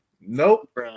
Nope